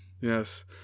Yes